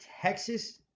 Texas